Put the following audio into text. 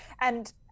and-